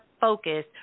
focus